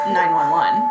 911